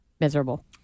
Miserable